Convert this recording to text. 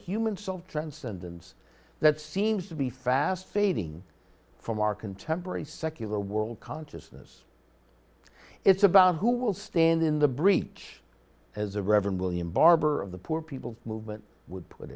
human soul transcendence that seems to be fast fading from our contemporary secular world consciousness it's about who will stand in the breach as a reverend william barber of the poor people's movement would put